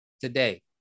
today